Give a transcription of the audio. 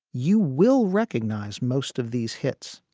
you will recognize most of these hits,